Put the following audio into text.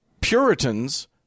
Puritans